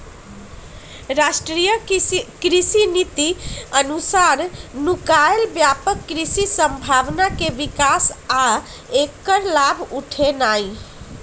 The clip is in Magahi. राष्ट्रीय कृषि नीति अनुसार नुकायल व्यापक कृषि संभावना के विकास आ ऐकर लाभ उठेनाई